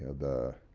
the